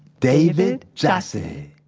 david jassy.